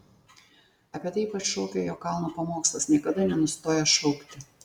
apie tai ypač šaukia jo kalno pamokslas niekada nenustoja šaukti